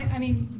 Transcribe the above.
i mean,